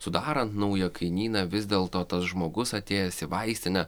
sudarant naują kainyną vis dėl to tas žmogus atėjęs į vaistinę